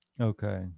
Okay